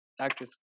actress